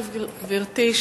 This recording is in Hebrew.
גברתי.